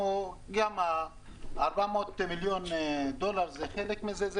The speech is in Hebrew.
גם 400 מיליון דולר, חלק מזה זה